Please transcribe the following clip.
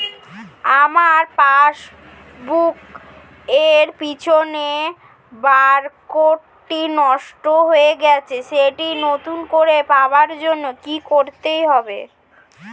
আমার পাসবুক এর পিছনে বারকোডটি নষ্ট হয়ে গেছে সেটি নতুন করে পাওয়ার জন্য কি করতে হবে?